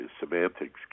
Semantics